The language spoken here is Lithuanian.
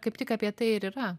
kaip tik apie tai ir yra